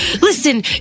listen